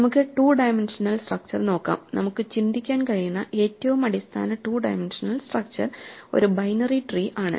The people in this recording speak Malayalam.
നമുക്ക് ടു ഡൈമൻഷണൽ സ്ട്രക്ച്ചർ നോക്കാം നമുക്ക് ചിന്തിക്കാൻ കഴിയുന്ന ഏറ്റവും അടിസ്ഥാന ടു ഡൈമൻഷണൽ സ്ട്രക്ച്ചർ ഒരു ബൈനറി ട്രീ ആണ്